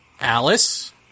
Alice